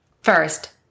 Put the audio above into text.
First